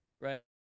right